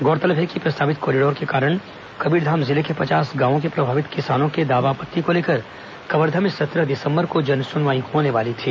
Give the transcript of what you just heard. गौरतलब है कि प्रस्तावित कॉरिडोर के कारण कर्बीरधाम जिले के पचास गांवों के प्रभावित किसानों की दावा आपत्ति को लेकर कवर्धा में सत्रह दिसंबर को जन सुनवाई होने वाली थी